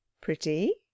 Pretty